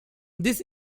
this